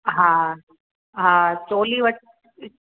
हा हा हा चोली व